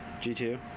G2